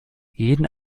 jeden